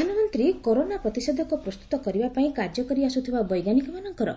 ପ୍ରଧାନମନ୍ତ୍ରୀ କରୋନା ପ୍ରତିଷେଧକ ପ୍ରସ୍ତୁତ କରିବାପାଇଁ କାର୍ଯ୍ୟ କରିଆସୁଥିବା ବୈଜ୍ଞାନିକମାନଙ୍କର